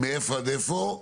מאיפה עד איפה?